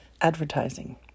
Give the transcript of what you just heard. advertising